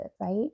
right